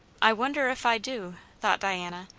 i wonder if i do, thought diana,